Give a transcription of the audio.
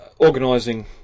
organising